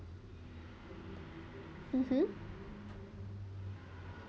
mmhmm